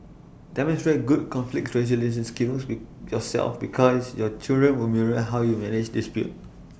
demonstrate good conflict resolution skills be yourself because your children will mirror how you manage dispute